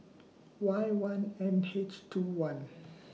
Y one N H two one